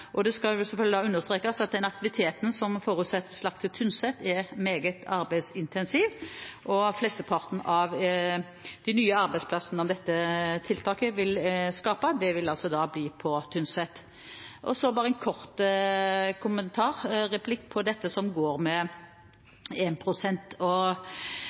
investeringskostnadene. Det skal selvfølgelig understrekes at den aktiviteten som forutsettes lagt til Tynset, er meget arbeidsintensiv, og flesteparten av de nye arbeidsplassene dette tiltaket vil skape, vil bli på Tynset. Så en kort kommentar til dette som